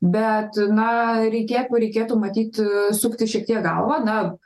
bet na reikėtų reikėtų matyt sukti šiek tiek galvą na